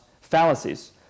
Fallacies